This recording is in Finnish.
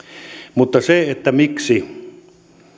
mutta se miksi